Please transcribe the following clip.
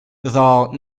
though